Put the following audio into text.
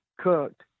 cooked